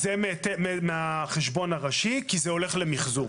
זה מהחשבון הראשי כי זה הולך למחזור.